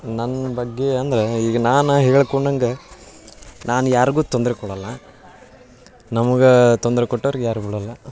ನನ್ನ ಬಗ್ಗೆ ಅಂದ್ರೆ ಈಗ ನಾನು ಹೇಳ್ಕೊಂಡಂಗೆ ನಾನು ಯಾರ್ಗೂ ತೊಂದರೆ ಕೊಡೋಲ್ಲ ನಮಗೆ ತೊಂದರೆ ಕೊಟ್ಟೋರ್ಗೆ ಯಾರ್ಗೂ ಬಿಡೋಲ್ಲ